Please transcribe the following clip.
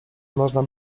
można